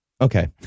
Okay